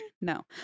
No